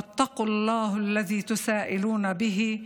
ועליכם ביראת האל אשר אתם נשאלים עליו,